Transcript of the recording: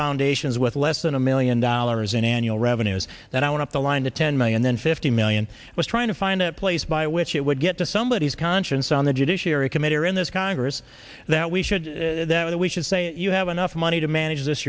foundations with less than a million dollars in annual revenues that i want the line to ten million then fifty million was trying to find a place by which it would get to somebodies conscience on the judiciary committee or in this congress that we should that we should say you have enough money to manage this